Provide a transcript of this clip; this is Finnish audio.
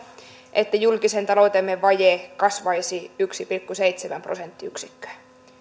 että julkisen taloutemme vaje kasvaisi yksi pilkku seitsemän prosenttiyksikköä